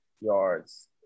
yards